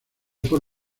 por